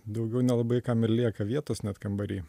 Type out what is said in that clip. daugiau nelabai kam ir lieka vietos net kambary